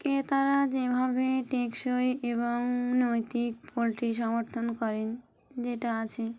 ক্রেতারা যেভাবে টেকসই এবং নৈতিক পোলট্রি সমর্থন করেন যেটা আছে